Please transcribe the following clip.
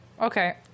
Okay